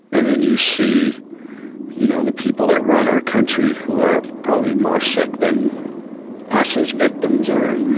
and then you see you know, the people that run our country who are probably more sick than us as victims are,